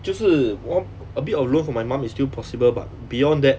就是 one a bit of loan from my mum is still possible but beyond that